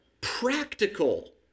practical